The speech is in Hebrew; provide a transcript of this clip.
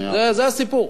זה הסיפור.